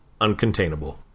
uncontainable